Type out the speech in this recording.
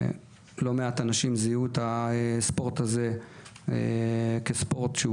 לא מעט אנשים זיהו את הספורט הזה כספורט שהוא